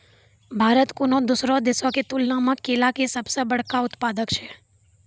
भारत कोनो दोसरो देशो के तुलना मे केला के सभ से बड़का उत्पादक छै